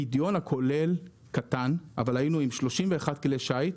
הפדיון הכולל קטן, אבל היינו עם 31 כלי שיט.